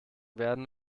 werden